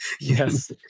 Yes